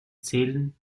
zählen